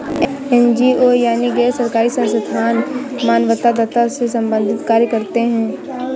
NGO यानी गैर सरकारी संस्थान मानवतावाद से संबंधित कार्य करते हैं